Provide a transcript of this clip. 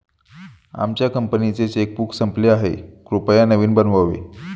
आमच्या कंपनीचे चेकबुक संपले आहे, कृपया नवीन बनवावे